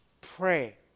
pray